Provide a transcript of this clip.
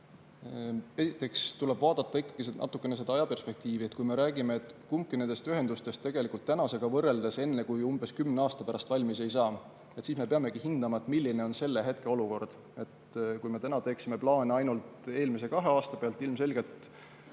Esiteks tuleb vaadata ikkagi natukene seda ajaperspektiivi. Kui me räägime, et kumbki nendest ühendustest tegelikult tänasega võrreldes enne kui umbes kümne aasta pärast valmis ei saa, siis me peamegi hindama, milline on selle hetke olukord. Kui me täna teeme plaane ainult eelmise kahe aasta pealt, ilmselgelt